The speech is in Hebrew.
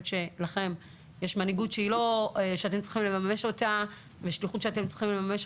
שלכם יש מנהיגות ושליחות שאתם צריכים לממש,